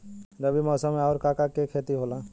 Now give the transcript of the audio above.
रबी मौसम में आऊर का का के खेती होला?